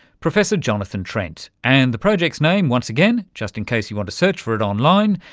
professor jonathan trent. and the project's name once again, just in case you want to search for it online,